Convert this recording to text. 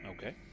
Okay